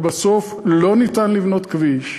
אבל בסוף לא ניתן לבנות כביש